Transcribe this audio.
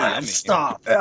Stop